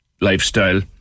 lifestyle